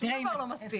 שום דבר לא מספיק.